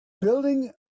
building